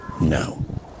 No